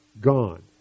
gone